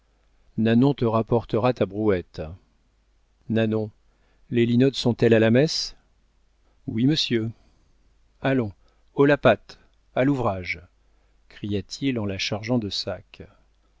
nanon te reportera ta brouette nanon les linottes sont-elles à la messe oui monsieur allons haut la patte à l'ouvrage cria-t-il en la chargeant de sacs